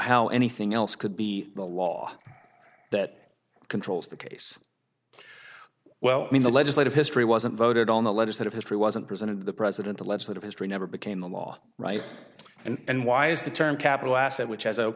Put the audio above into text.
how anything else could be the law that controls the case well i mean the legislative history wasn't voted on the legislative history wasn't presented to the president the legislative history never became the law right and why is the term capital asset which has